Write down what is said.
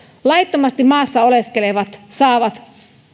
laittomasti maassa oleskelevat saavat